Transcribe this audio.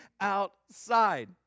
outside